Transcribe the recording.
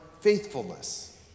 faithfulness